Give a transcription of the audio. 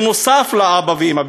נוסף לאבא ואימא,